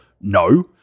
No